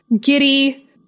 giddy